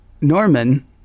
Norman